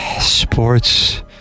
sports